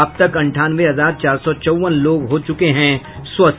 अब तक अंठानवे हजार चार सौ चौवन लोग हो चुके हैं स्वस्थ